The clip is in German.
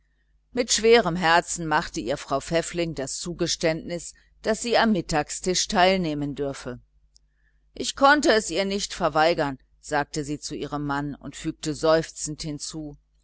mit schwerem herzen machte ihr frau pfäffling das zugeständnis daß sie am mittagstisch der familie teilnehmen dürfe ich konnte es ihr nicht verweigern sagte sie zu ihrem mann und fügte seufzend hinzu